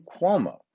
Cuomo